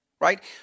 Right